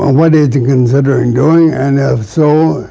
ah what is he considering doing, and if so,